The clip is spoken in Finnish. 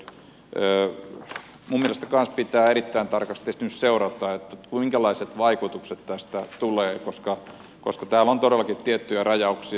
myös minun mielestäni pitää erittäin tarkasti nyt esimerkiksi seurata minkälaiset vaikutukset tästä tulevat koska täällä on todellakin tiettyjä rajauksia